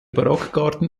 barockgarten